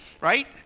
right